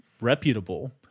reputable